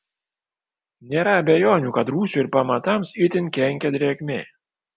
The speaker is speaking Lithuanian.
nėra abejonių kad rūsiui ir pamatams itin kenkia drėgmė